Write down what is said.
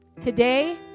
today